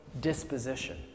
disposition